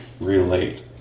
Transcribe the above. relate